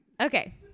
Okay